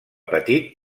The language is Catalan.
petit